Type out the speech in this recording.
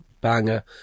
banger